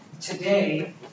Today